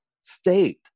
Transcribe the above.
state